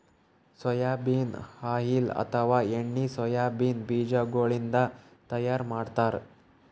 soybean oil ಅಥವಾ ಎಣ್ಣಿ soybean ಬಿಜಾಗೋಳಿನ್ದ ತೈಯಾರ್ ಮಾಡ್ತಾರ್